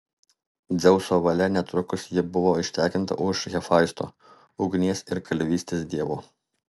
dzeuso valia netrukus ji buvo ištekinta už hefaisto ugnies ir kalvystės dievo